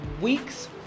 week's